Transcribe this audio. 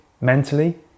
mentally